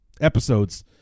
episodes